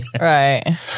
Right